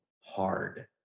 hard